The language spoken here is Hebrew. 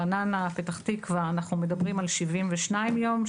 רעננה ופתח תקווה אנחנו מדברים על 72 יום.